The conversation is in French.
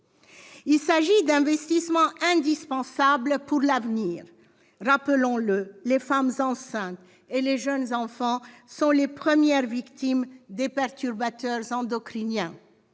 De tels investissements sont indispensables pour l'avenir. Rappelons-le : les femmes enceintes et les jeunes enfants sont les premières victimes des perturbateurs endocriniens.